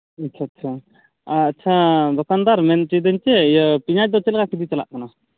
ᱟᱪᱪᱷᱟ ᱟᱪᱪᱷᱟ ᱟᱪᱪᱷᱟ ᱫᱚᱠᱟᱱᱫᱟᱨ ᱢᱮᱱ ᱦᱚᱪᱚᱭᱮᱫᱟᱹᱧ ᱪᱮᱫ ᱤᱭᱟᱹ ᱯᱮᱸᱭᱟᱡᱽ ᱫᱚ ᱪᱮᱫ ᱞᱮᱠᱟ ᱠᱮᱡᱤ ᱪᱟᱞᱟᱜ ᱠᱟᱱᱟ